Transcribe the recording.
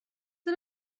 der